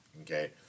okay